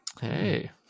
Hey